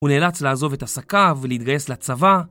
הוא נאלץ לעזוב את עסקיו ולהתגייס לצבא